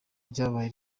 ryabaye